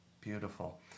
Beautiful